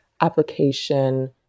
application